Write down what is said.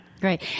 Great